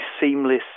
seamless